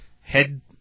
Head